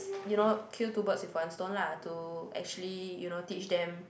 you know kill two birds with one stone lah to actually you know teach them